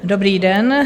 Dobrý den.